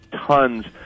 tons